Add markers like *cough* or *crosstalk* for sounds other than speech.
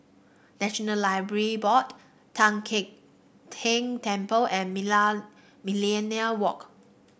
National Library Board Tian Teck Keng Temple and *unintelligible* Millenia Walk